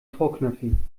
vorknöpfen